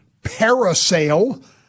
parasail